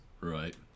Right